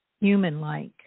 human-like